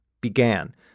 began